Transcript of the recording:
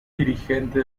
dirigente